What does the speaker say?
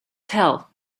tell